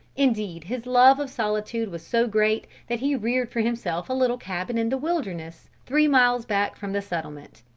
indeed his love of solitude was so great, that he reared for himself a little cabin in the wilderness, three miles back from the settlement.